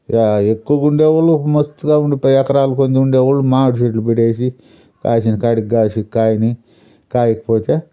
yeah ఎక్కువ ఉండేవాళ్ళు మస్తుగా ముప్పై ఎకరాలు కొద్ది ఉండేవాళ్ళు మామిడిచెట్లు పెట్టేసి కాసిన కాడికి కాసి కాయని కాయకపోతే